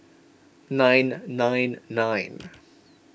nine nine nine